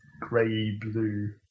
grey-blue